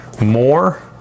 more